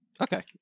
okay